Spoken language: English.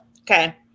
okay